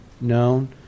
known